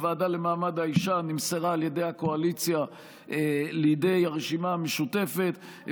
הוועדה למעמד האישה נמסרה על ידי הקואליציה לידי הרשימה המשותפת,